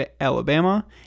Alabama